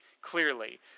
clearly